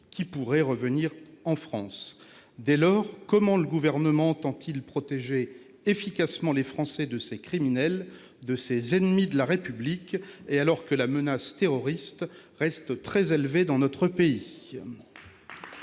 qui pourraient revenir en France. Dès lors, comment le Gouvernement entend-il protéger efficacement les Français de ces criminels, de ces ennemis de la République, alors que la menace terroriste reste très élevée dans notre pays ?